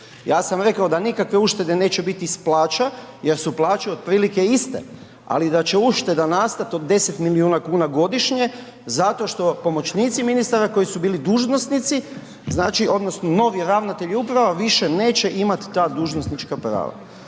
ja sam rekao da nikakve uštede neće biti iz plaća jer su plaće otprilike biti iste, ali da će ušteda nastati od 10 milijuna kuna godišnje zato što pomoćnici ministara koji su bili dužnosnici, znači odnosno novi ravnatelji uprava više neće imati ta dužnosnička prava.